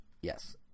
Yes